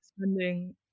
spending